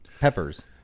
peppers